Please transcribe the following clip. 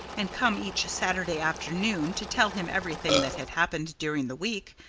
and come each saturday afternoon to tell him everything that had happened during the week,